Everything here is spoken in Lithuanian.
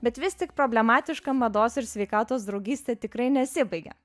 bet vis tik problematiška mados ir sveikatos draugystė tikrai nesibaigia